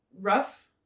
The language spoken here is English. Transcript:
rough